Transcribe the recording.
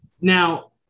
Now